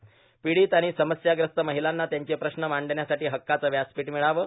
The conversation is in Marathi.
र्णपडीत आण समस्याग्रस्त र्माहलांना त्यांचे प्रश्न मांडण्यासाठी हक्काचं व्यासपीठ र्मिळावं